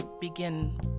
begin